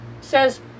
says